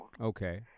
Okay